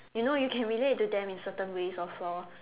you know you can relate to them in certain ways or floor